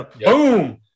boom